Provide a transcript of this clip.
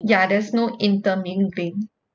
ya there's no intermingling